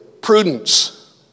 Prudence